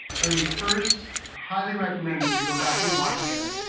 let me first highly recommend that you go back and watch that.